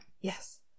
Yes